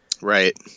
Right